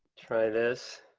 try this.